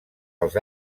als